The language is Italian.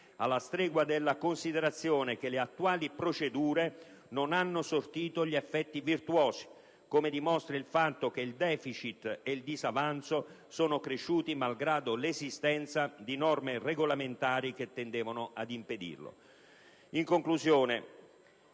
alla stregua della considerazione che le attuali procedure non hanno sortito gli effetti virtuosi, come dimostra il fatto che il deficit ed il disavanzo sono cresciuti malgrado l'esistenza di norme regolamentari che tendevano ad impedirlo".